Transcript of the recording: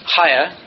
higher